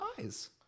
eyes